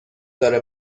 داره